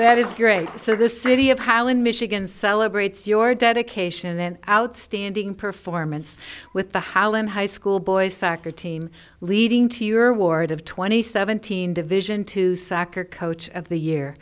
that is great so the city of holland michigan celebrates your dedication and outstanding performance with the howlin high school boys soccer team leading to your award of twenty seventeen division to soccer coach of the year